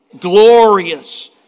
glorious